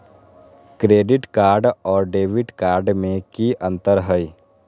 Credit card और debit card में की अंतर हई?